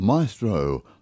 Maestro